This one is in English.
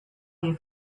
you